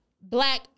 Black